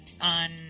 on